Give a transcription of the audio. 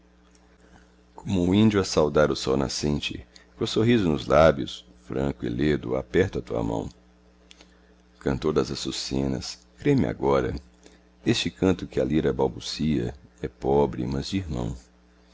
índio a saudar o sol nascente coo sorriso nos lábios franco e ledo aperto a tua mão cantor das açucenas crê me agora este canto que a lira balbucia é pobre mas de irmão